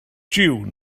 jiw